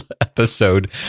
episode